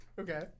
Okay